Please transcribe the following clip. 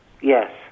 Yes